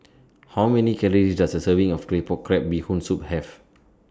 How Many Calories Does A Serving of Claypot Crab Bee Hoon Soup Have